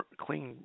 clean